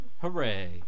Hooray